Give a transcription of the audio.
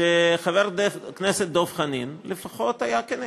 שחבר הכנסת דב חנין לפחות היה כן.